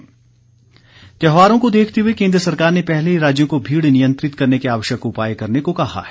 केन्द्र निर्देश त्योहारों को देखते हुए केन्द्र सरकार ने पहले ही राज्यों को भीड़ नियंत्रित करने के आवश्यक उपाय करने को कहा है